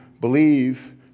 believe